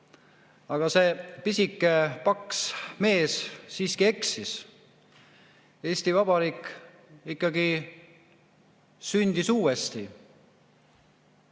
Aga see pisike paks mees siiski eksis. Eesti Vabariik ikkagi sündis uuesti.